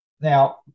Now